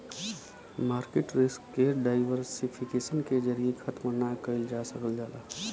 market risk के diversification के जरिये खत्म ना कइल जा सकल जाला